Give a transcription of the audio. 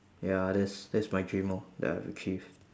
ya that's that's my dream lor that I have achieved